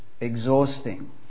exhausting